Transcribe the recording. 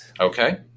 Okay